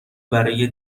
برای